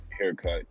haircut